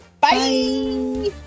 Bye